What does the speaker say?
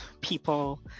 People